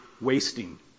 wasting